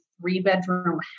three-bedroom